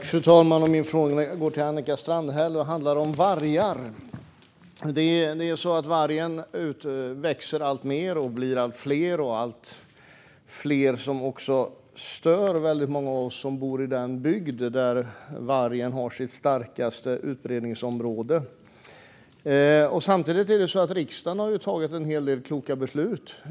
Fru talman! Min fråga går till Annika Strandhäll och handlar om vargar. Det är så att vargen växer alltmer, och de blir allt fler. Det är också allt fler som stör oss som bor i den bygd där vargen har sitt starkaste utbredningsområde. Riksdagen har tagit en hel del kloka beslut.